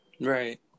Right